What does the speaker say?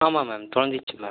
ஆமாம் மேம் தொலைஞ்சிடுச்சு மேம்